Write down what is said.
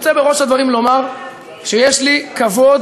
אני רוצה בראש הדברים לומר שיש לי כבוד